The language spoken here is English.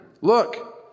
Look